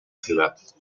ciudad